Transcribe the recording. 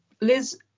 Liz